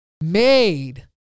made